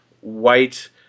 white